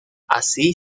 así